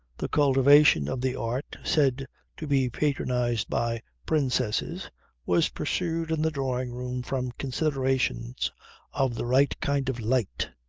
the cultivation of the art said to be patronized by princesses was pursued in the drawing-room from considerations of the right kind of light.